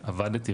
על הוועדה הזו.